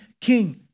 king